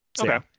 Okay